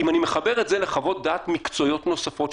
אם אני מחבר את זה לחוות דעת מקצועיות נוספות,